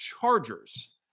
Chargers